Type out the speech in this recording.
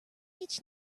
each